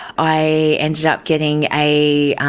i ended up getting a